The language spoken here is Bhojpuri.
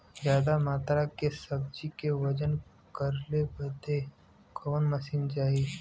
ज्यादा मात्रा के सब्जी के वजन करे बदे कवन मशीन चाही?